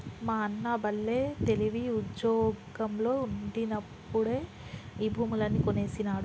మా అన్న బల్లే తెలివి, ఉజ్జోగంలో ఉండినప్పుడే ఈ భూములన్నీ కొనేసినాడు